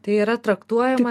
tai yra traktuojama